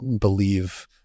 believe